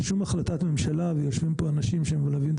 בשום החלטת ממשלה ויושבים פה אנשים שמלווים את